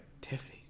Tiffany